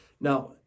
Now